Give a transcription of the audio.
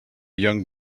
young